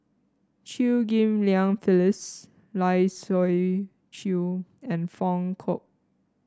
Chew Ghim Lian Phyllis Lai Siu Chiu and Foong kook